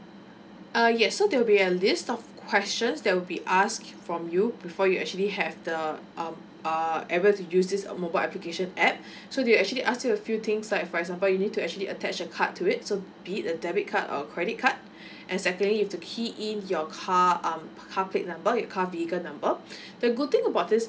uh yes so there will be a list of questions that will be asked from you before you actually have the um uh able to use this uh mobile application app so they will actually ask you a few things like for example you need to actually attach a card to it so be it a debit card or credit card exactly you have to key in your car um car plate number your car vehicle number the good thing about this